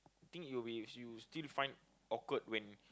think it will be you still find awkward when